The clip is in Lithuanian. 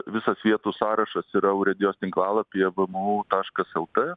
visas vietų sąrašas yra urėdijos tinklalapyje vmu taškas lt